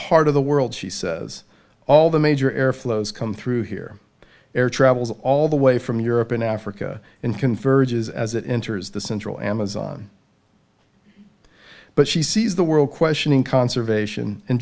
heart of the world she says all the major air flows come through here air travels all the way from europe and africa and conferred as as it enters the central amazon but she sees the world questioning conservation and